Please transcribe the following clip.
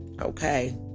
okay